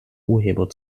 urheber